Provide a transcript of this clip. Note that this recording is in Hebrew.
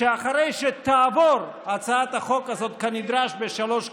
שאחרי שתעבור הצעת החוק הזאת כנדרש בשלוש קריאות,